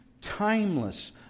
timeless